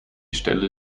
stelle